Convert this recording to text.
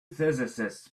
physicists